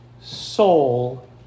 soul